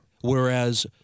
Whereas